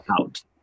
out